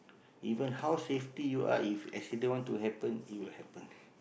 even how safety you are if accident want to happen it will happen